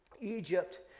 Egypt